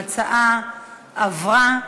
ההצעה עברה,